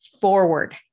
forward